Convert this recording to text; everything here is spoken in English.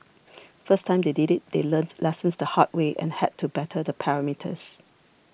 first time they did it they learnt lessons the hard way and had to better the parameters